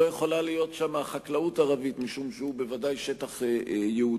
לא יכולה להיות שם חקלאות ערבית משום שהוא בוודאי שטח יהודי.